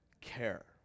care